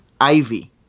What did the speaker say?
Ivy